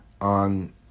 on